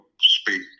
speak